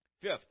Fifth